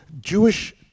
jewish